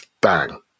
Bang